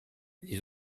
les